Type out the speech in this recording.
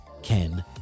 Ken